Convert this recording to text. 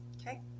Okay